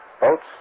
boats